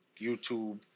YouTube